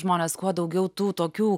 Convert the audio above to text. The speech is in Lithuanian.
žmonės kuo daugiau tų tokių